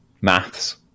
maths